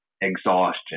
exhaustion